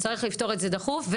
וצריך לפתור את זה דחוף.